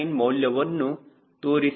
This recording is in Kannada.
9 ಮೌಲ್ಯವನ್ನು ತೋರಿಸಿದರೆ ಇದು 0